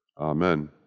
Amen